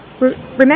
Remember